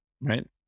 right